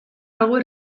algo